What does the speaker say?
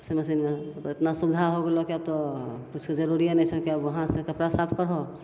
washing मशीनमे ओ तऽ एतना सुविधा हो गेलऽ कि आब तऽ किछुके जरूरिए नहि छऽ कि आब हाथसे कपड़ा साफ करहो